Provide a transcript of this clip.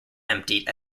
emptied